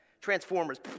Transformers